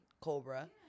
Cobra